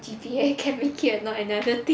G_P_A can make it or not another thing